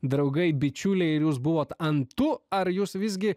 draugai bičiuliai ir jūs buvot ant tu ar jūs visgi